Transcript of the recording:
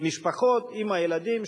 משפחות עם הילדים,